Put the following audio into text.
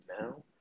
now